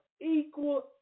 equal